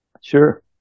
Sure